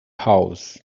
house